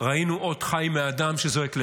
ראינו אות חיים מאדם שזועק לעזרה,